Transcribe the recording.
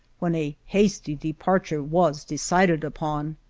when a hasty de parture was decided upon.